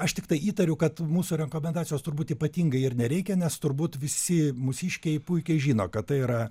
aš tiktai įtariu kad mūsų rekomendacijos turbūt ypatingai ir nereikia nes turbūt visi mūsiškiai puikiai žino kad tai yra